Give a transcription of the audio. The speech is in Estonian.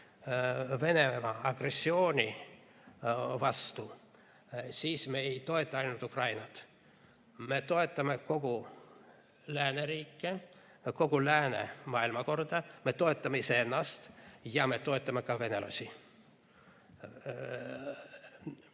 Venemaa agressiooni vastu, siis me ei toeta mitte ainult Ukrainat, vaid me toetame lääneriike, kogu lääne maailmakorda, me toetame iseennast ja me toetame ka venelasi.